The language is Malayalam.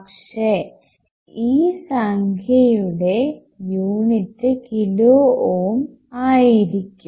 പക്ഷേ ഈ സംഖ്യയുടെ യൂണിറ്റ് കിലോ ഓം ആയിരിക്കും